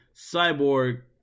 cyborg